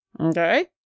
Okay